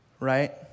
right